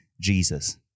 Jesus